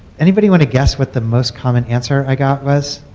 anybody want to guess what the most common answer i got was?